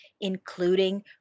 including